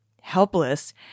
helpless